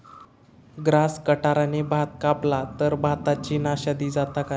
Grass कटराने भात कपला तर भाताची नाशादी जाता काय?